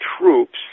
troops